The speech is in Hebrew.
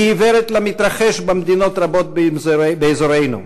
היא עיוורת למתרחש במדינות רבות באזורנו,